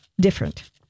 different